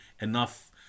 enough